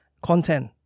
content